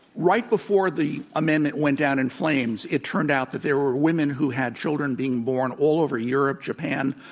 right before the amendment went down in flames, it turned out that there were women who had children being born all over europe, japan,